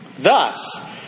Thus